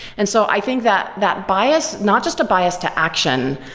and so i think that that bias, not just a bias to action,